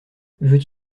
veut